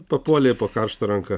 papuolė po karšta ranka